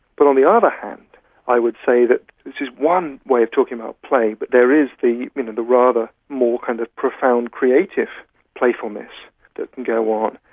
but on the other hand i would say that this is one way of talking about play but there is the and rather more kind of profound creative playfulness that can go on.